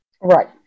Right